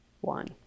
one